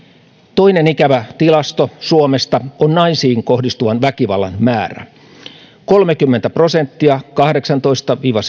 toinen ikävä tilasto suomesta on naisiin kohdistuvan väkivallan määrä kolmekymmentä prosenttia kahdeksantoista viiva